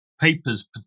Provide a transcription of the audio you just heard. papers